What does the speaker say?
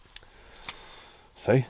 See